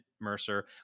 Mercer